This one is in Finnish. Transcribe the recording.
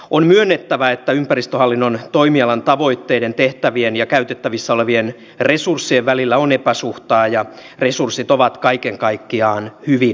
on myönnettävä että ympäristöhallinnon toimialan tavoitteiden tehtävien ja käytettävissä olevien resurssien välillä on epäsuhtaa ja resurssit ovat kaiken kaikkiaan hyvin niukat